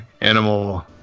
animal